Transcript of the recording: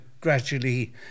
gradually